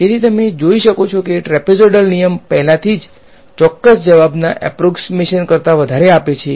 તેથી 3 point trapezoidal નિયમ મને આપશે